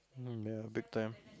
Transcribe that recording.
I mean ya Big Time